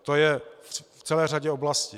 To je v celé řadě oblastí.